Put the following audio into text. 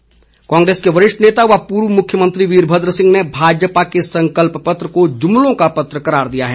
वीरभद्र कांग्रेस के वरिष्ठ नेता व पूर्व मुख्यमंत्री वीरभद्र सिंह ने भाजपा के संकल्प पत्र को जुमलों का पत्र करार दिया है